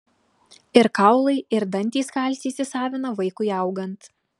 ir kaulai ir dantys kalcį įsisavina vaikui augant